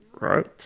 right